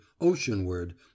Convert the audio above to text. oceanward